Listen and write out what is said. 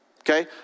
Okay